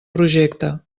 projecte